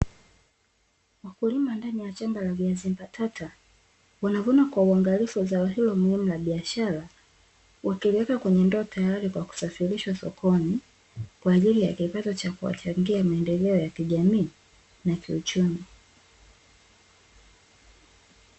Wakulima ndani ya shamba la viazi mbatata wanavuna kwa uangalifu zao hilo muhimu la biashara, wakiliweka kwenye ndoo tayari kwa kusafirishwa sokoni kwa ajili ya kipato cha kuwachangia maendeleo ya kijamii na kiuchumi.